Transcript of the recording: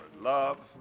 Love